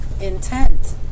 intent